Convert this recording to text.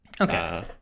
Okay